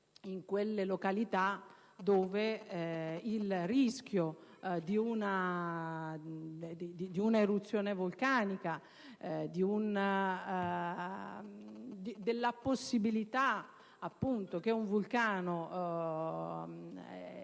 in quelle località dove vi è il rischio di un'eruzione vulcanica, dove vi è la possibilità che un vulcano